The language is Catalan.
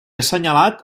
assenyalat